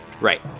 Right